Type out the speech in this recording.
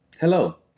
Hello